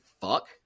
fuck